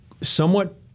Somewhat